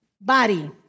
body